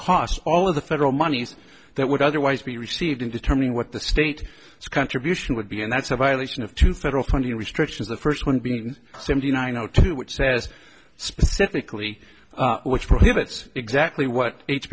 costs all of the federal monies that would otherwise be received in determining what the state its contribution would be and that's a violation of two federal funding restrictions the first one being seventy nine o two which says specifically which prohibits exactly what